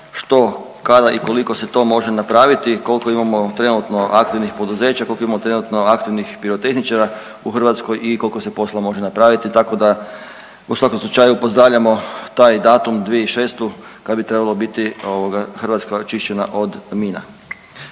što kada i koliko se to može napraviti, koliko imamo trenutno aktivnih poduzeća, koliko imamo trenutno aktivnih pirotehničara u Hrvatskoj i koliko se posla može napraviti, tako da u svakom slučaju pozdravljamo taj datum 2006. kad bi trebalo biti ovoga, Hrvatska očišćena od mina.